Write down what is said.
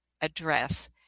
address